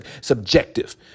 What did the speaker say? subjective